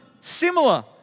similar